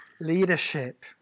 leadership